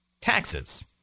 Taxes